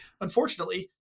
unfortunately